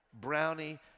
Brownie